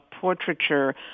portraiture